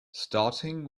starting